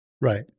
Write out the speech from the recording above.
Right